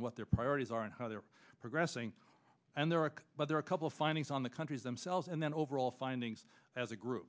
and what their priorities are and how they're progressing and there are but there are a couple findings on the countries themselves and then overall findings as a group